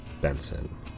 Benson